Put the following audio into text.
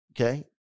Okay